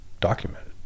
documented